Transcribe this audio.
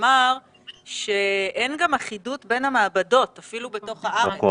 אמר שאין גם אחידות בין המעבדות אפילו בתוך הארץ,